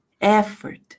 Effort